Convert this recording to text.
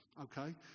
okay